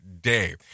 day